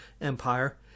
Empire